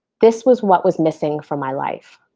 this was what was missing from my life.